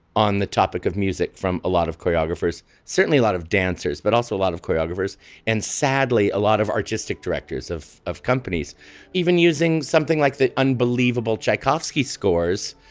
on the topic of music from a lot of choreographers certainly a lot of dancers but also a lot of choreographers and sadly a lot of artistic directors of of companies even using something like the unbelievable tchaikovsky scores.